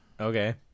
Okay